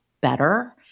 better